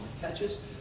catches